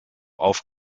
auf